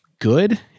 good